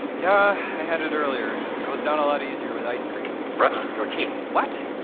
yeah i had it earlier. goes down a lot easier with ice cream brush your teeth what?